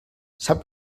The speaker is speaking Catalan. sap